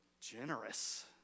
generous